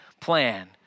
plan